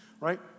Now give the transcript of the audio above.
Right